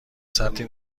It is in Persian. سطری